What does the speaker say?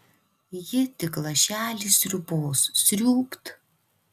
ji tik lašelį sriubos sriūbt